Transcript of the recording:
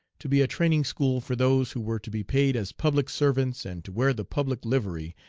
to be a training school for those who were to be paid as public servants and to wear the public livery,